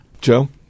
Joe